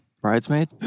Bridesmaid